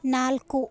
ನಾಲ್ಕು